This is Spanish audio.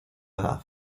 edad